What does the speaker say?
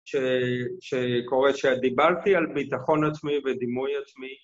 שקוראת שדיברתי על ביטחון עצמי ודימוי עצמי.